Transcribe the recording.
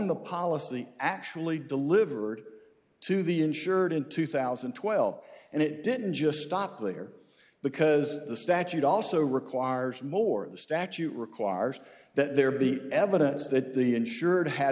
the policy actually delivered to the insured in two thousand and twelve and it didn't just stop there because the statute also requires more the statute requires that there be evidence that the insured had